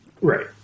Right